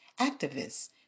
activists